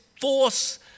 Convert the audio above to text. force